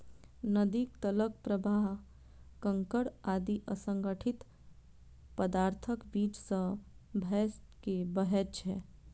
नदीक तलक प्रवाह कंकड़ आदि असंगठित पदार्थक बीच सं भए के बहैत छै